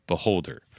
Beholder